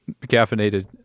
caffeinated